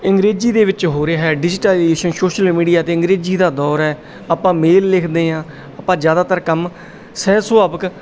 ਅੰਗਰੇਜ਼ੀ ਦੇ ਵਿੱਚ ਹੋ ਰਿਹਾ ਡਿਜੀਟਾਈਲੇਸ਼ਨ ਸੋਸ਼ਲ ਮੀਡੀਆ ਅਤੇ ਅੰਗਰੇਜ਼ੀ ਦਾ ਦੌਰ ਹੈ ਆਪਾਂ ਮੇਲ ਲਿਖਦੇ ਹਾਂ ਆਪਾਂ ਜ਼ਿਆਦਾਤਰ ਕੰਮ ਸਹਿਜ ਸੁਭਾਵਕ